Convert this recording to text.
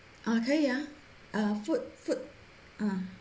okay ya err food food ah